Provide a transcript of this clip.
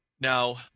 Now